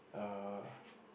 uh